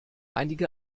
einige